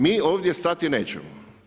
Mi ovdje stati nećemo.